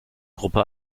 gruppe